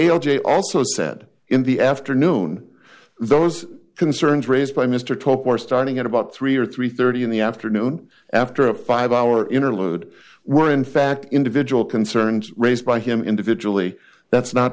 l j also said in the afternoon those concerns raised by mr top or starting at about three or three thirty in the afternoon after a five hour interlude were in fact individual concerns raised by him individually that's not